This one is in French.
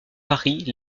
paris